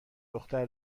دختر